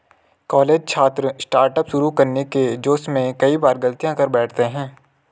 college छात्र startup शुरू करने के जोश में कई बार गलतियां कर बैठते हैं